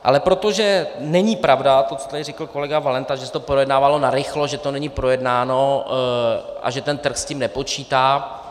Ale protože není pravda to, co tady řekl kolega Valenta, že se to projednávalo narychlo, že to není projednáno a že ten trh s tím nepočítá.